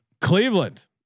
Cleveland